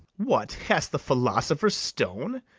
what, hast the philosopher's stone?